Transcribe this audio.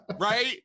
right